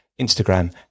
instagram